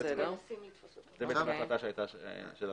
זה בהתאם להחלטה שהייתה של הוועדה.